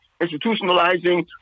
institutionalizing